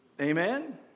Amen